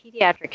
pediatric